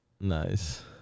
Nice